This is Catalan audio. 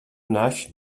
naix